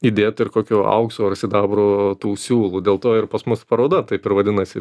įdėta ir kokių aukso ar sidabro tų siūlų dėl to ir pas mus paroda taip ir vadinasi